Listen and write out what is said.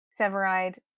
Severide